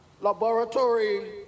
laboratory